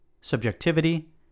Subjectivity